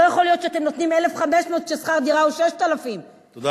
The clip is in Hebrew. לא יכול להיות שאתם נותנים 1,500 כששכר דירה הוא 6,000. תודה רבה.